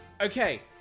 Okay